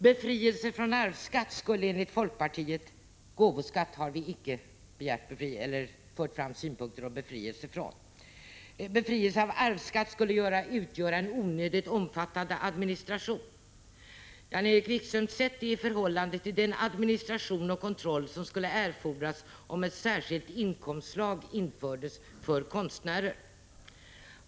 Befrielse från arvsskatt — när det gäller gåvoskatt har vi inte fört fram synpunkter om skattebefrielse — skulle enligt folkpartiet utgöra en onödigt omfattande administration. Men, Jan-Erik Wikström, sätt det i förhållande till den administration och kontroll som skulle erfordras om ett särskilt inkomstslag infördes för konstnärer.